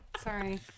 Sorry